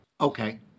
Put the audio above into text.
Okay